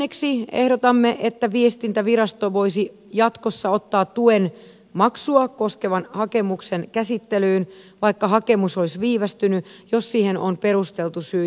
neljänneksi ehdotamme että viestintävirasto voisi jatkossa ottaa tuen maksua koskevan hakemuksen käsittelyyn vaikka hakemus olisi viivästynyt jos siihen on perusteltu syy